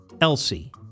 Elsie